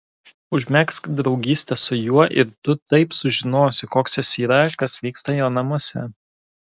užmegzk draugystę su juo ir tu taip sužinosi koks jis yra kas vyksta jo namuose